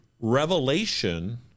Revelation